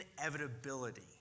inevitability